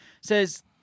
says